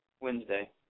Wednesday